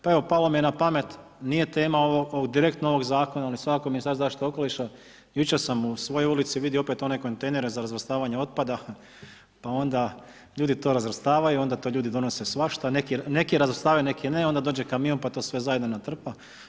Pa evo, palo mi je na pamet, nije tema direktno ovog Zakona, ali svakako Ministarstvo zaštite okoliša, jučer sam u svojoj ulici vidio opet one kontejnere za razvrstavanje otpada, pa onda ljudi to razvrstavaju, onda to ljudi donose svašta, neki razvrstavaju, neki ne, onda dođe kamion pa to sve zajedno natrpa.